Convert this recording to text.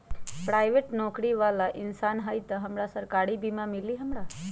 Private नौकरी बाला इंसान हई त हमरा सरकारी बीमा मिली हमरा?